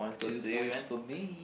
two points for me